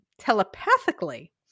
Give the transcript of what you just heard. telepathically